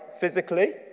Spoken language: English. physically